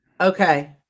Okay